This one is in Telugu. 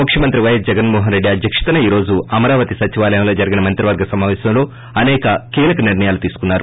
ముఖ్యమంత్రి పైఎస్ జగన్మోహనరెడ్డి అధ్యక్షతన ఈ రోజు అమరావతి సచివాలయంలో జరిగిన మంత్రివర్గ సమావేశంలో అసేక కీలక నిర్షయాలు తీసుకున్నారు